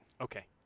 Okay